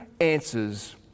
answers